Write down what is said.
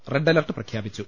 red alert പ്രഖ്യാപിച്ചു